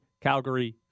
Calgary